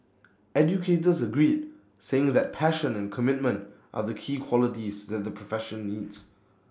educators agreed saying that passion and commitment are the key qualities that the profession needs